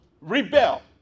rebel